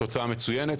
עבודה מצוינת,